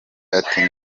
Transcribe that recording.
ati